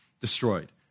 destroyed